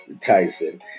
Tyson